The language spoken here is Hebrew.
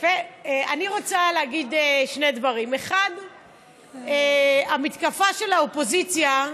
אני רוצה להגיד שני דברים: 1. המתקפה של האופוזיציה,